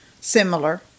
similar